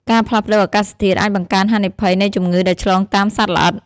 ការផ្លាស់ប្តូរអាកាសធាតុអាចបង្កើនហានិភ័យនៃជំងឺដែលឆ្លងតាមសត្វល្អិត។